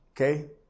Okay